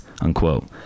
Unquote